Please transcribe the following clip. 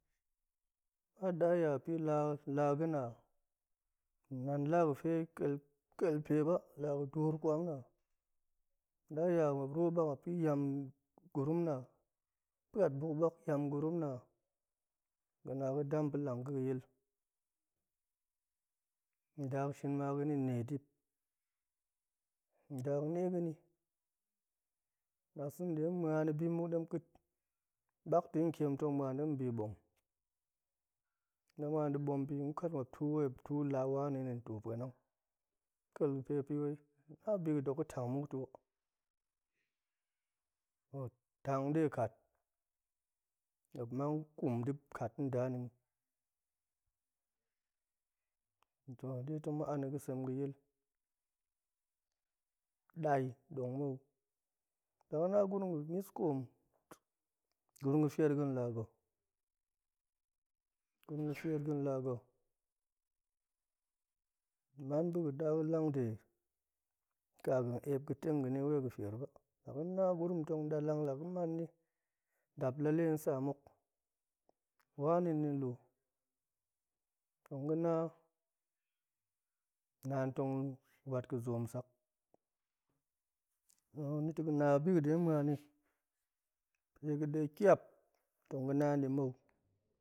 La wa daya la ga̱na ka̱lpe ba, la ga̱ door kwap na, daya ma̱p ruwo bak ma̱pin yam gurumna, pa̱t bukbak yam gurum na, ga̱na ga̱ dam ga̱lang ga̱ ga̱yil, nda shin ga̱ni ma nedip nda nega̱ni ndasa̱ ɗetong muani dom ƙa̱t bak dekiam tong muan dem bi boom la muan ga̱ boom ga̱ kat ma̱p tu wai ma̱p tu la wani na̱ to pa̱nang ka̱l pe ma̱pin na a bi ga̱dok ga̱ tang muk tuhok tang de kat, ma̱p mang kum de kat nda ni, to detong ma̱ ani ga̱sem ga̱yil dan dong mou la ga̱ na gurum ga̱ miskoom gurum ga̱ feir ga̱ nla ga̱, gurum ga̱ feir ga̱ nla ga̱, man boga̱ daaga̱lang de ka ga̱ ep ga̱teng ba wai ga̱ feir ba, la ga̱ na gurum tong dalang la ga̱ mani lap la le sa muk wanini lu, tong ga̱na naan tong wat ga̱zoom sak nito ga̱ na biga̱ de tong muani, pega̱de kiap tong ga̱ na hen di mou,